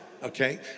Okay